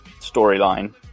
storyline